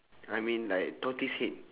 I mean like tortoise head